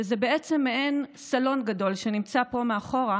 שזה בעצם מעין סלון גדול שנמצא פה מאחור,